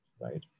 right